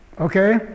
Okay